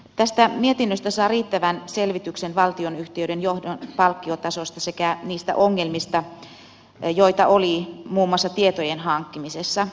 tästä mietinnöstä saa riittävän selvityksen valtionyhtiöiden johdon palkkiotasosta sekä niistä ongelmista joita oli muun muassa tietojen hankkimisessa